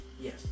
Yes